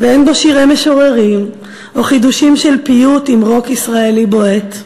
ואין בו שירי משוררים או חידושים של פיוט עם רוק ישראלי בועט,